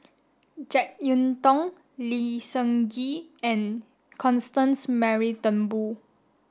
Jek Yeun Thong Lee Seng Gee and Constance Mary Turnbull